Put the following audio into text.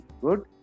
good